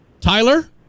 Tyler